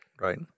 Right